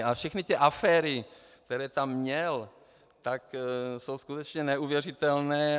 A všechny ty aféry, které tam měl, tak jsou skutečně neuvěřitelné.